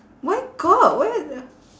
where got where the